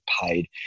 paid